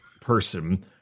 person